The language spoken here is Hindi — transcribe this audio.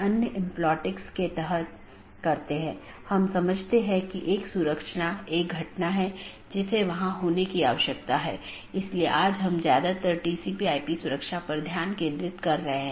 इन प्रोटोकॉल के उदाहरण OSPF हैं और RIP जिनमे मुख्य रूप से इस्तेमाल किया जाने वाला प्रोटोकॉल OSPF है